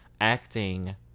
acting